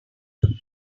would